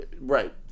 Right